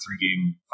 three-game